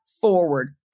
forward